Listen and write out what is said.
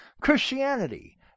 Christianity